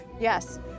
yes